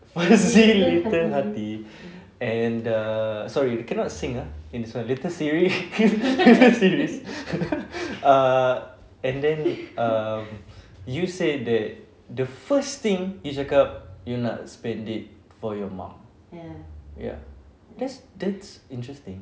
fuzzy little hearty and err sorry cannot sing ah in this [one] later SIRI later SIRI err and then err you said that the first thing you cakap you nak spend it for your mum that's that's interesting